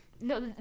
no